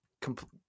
complete